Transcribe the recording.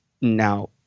now